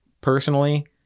personally